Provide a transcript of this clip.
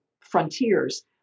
frontiers